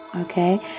Okay